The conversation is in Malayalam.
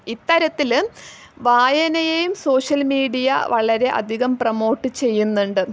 ഇത്തരത്തിൽ വായനയേയും സോഷ്യൽ മീഡിയ വളരെ അധികം പ്രമോട്ട് ചെയ്യുന്നുണ്ട്